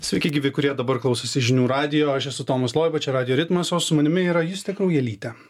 sveiki gyvi kurie dabar klausosi žinių radijo aš esu tomas loiba čia radijo ritmas o su manimi yra justė kraujelytė